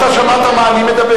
אתה שמעת על מה אני מדבר?